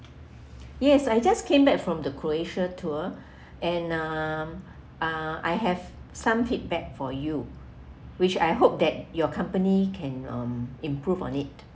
yes I just came back from the croatia tour and um uh I have some feedback for you which I hope that your company can um improve on it